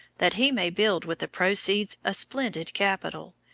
that he may build with the proceeds a splendid capital,